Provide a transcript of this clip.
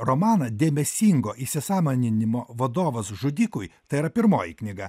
romaną dėmesingo įsisąmoninimo vadovas žudikui tai yra pirmoji knyga